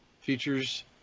features